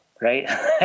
right